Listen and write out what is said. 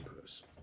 purse